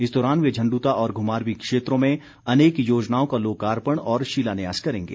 इस दौरान वे झण्ड्ता और घुमारवीं क्षेत्रों में अनेक योजनाओं का लोकार्पण और शिलान्यास करेंगे